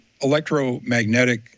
electromagnetic